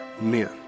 men